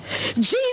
Jesus